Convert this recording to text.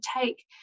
take